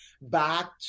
back